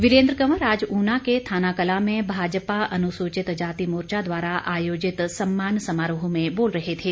वीरेन्द्र कंवर आज उना के थानाकलां में भाजपा अनुसुचित जाति मोर्चा द्वारा आयोजित सम्मान समारोह में बोल रहे थे